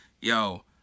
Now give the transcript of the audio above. yo